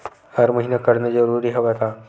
हर महीना करना जरूरी हवय का?